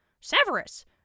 Severus